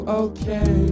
okay